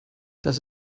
das